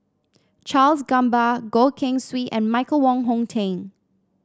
Charles Gamba Goh Keng Swee and Michael Wong Hong Teng